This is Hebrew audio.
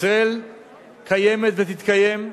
ישראל קיימת, ותתקיים,